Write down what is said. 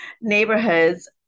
neighborhoods